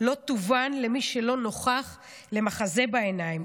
לא תובן למי שלא נוכח במחזה בעיניים.